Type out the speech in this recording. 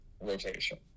rotation